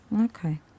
Okay